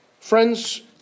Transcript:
Friends